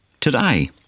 today